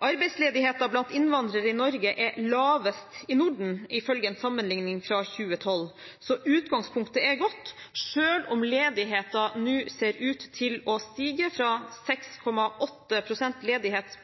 Arbeidsledigheten blant innvandrere i Norge er lavest i Norden, ifølge en sammenlikning fra 2012. Så utgangspunktet er godt, selv om ledigheten nå ser ut til å stige fra 6,8 pst. ledighet